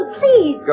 please